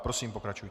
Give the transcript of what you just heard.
Prosím, pokračujte.